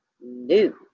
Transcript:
new